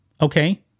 okay